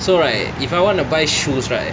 so right if I want to buy shoes right